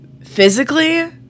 physically